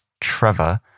Trevor